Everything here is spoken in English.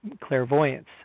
clairvoyance